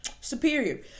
superior